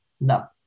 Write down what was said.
No